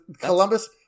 Columbus